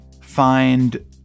Find